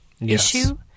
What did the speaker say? issue